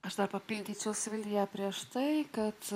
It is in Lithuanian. aš dar papildyčiau vilniuje prieš tai kad